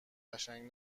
قشنگ